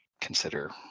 consider